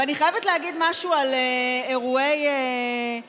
ואני חייבת להגיד משהו על אירועי עמונה,